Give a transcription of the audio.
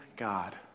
God